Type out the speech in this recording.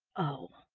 oh,